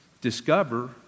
discover